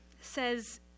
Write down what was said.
says